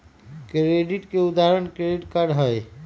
credit के उदाहरण credit card हई